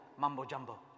mumbo-jumbo